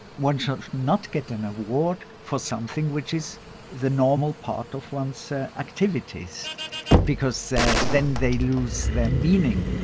one should not get an award for something which is the normal part of one's so activities because so then they lose their meaning.